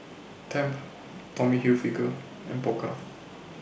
Tempt Tommy Hilfiger and Pokka